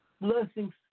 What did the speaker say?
blessings